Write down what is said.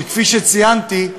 שכפי שציינתי,